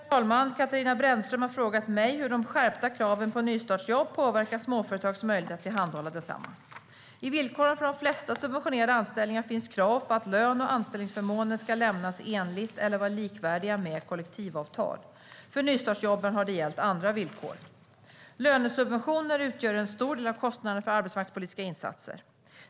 Herr talman! Katarina Brännström har frågat mig hur de skärpta kraven på nystartsjobb påverkar småföretags möjligheter att tillhandahålla desamma. I villkoren för de flesta subventionerade anställningar finns krav på att lön och anställningsförmåner ska lämnas enligt, eller vara likvärdiga med, kollektivavtal. För nystartsjobben har det gällt andra villkor. Lönesubventioner utgör en stor del av kostnaderna för arbetsmarknadspolitiska insatser.